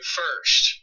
first